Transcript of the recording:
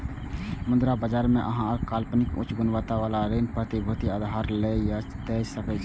मुद्रा बाजार मे अहां अल्पकालिक, उच्च गुणवत्ता बला ऋण प्रतिभूति उधार लए या दै सकै छी